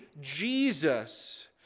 Jesus